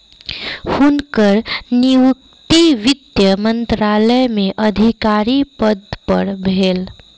हुनकर नियुक्ति वित्त मंत्रालय में अधिकारी पद पर भेल